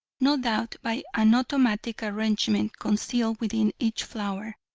no doubt, by an automatic arrangement concealed within each flower.